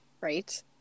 Right